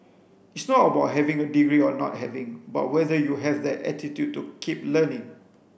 it's not about having a degree or not having but whether you have that attitude to keep learning